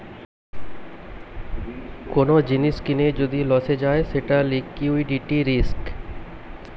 কোন জিনিস কিনে যদি লসে যায় সেটা লিকুইডিটি রিস্ক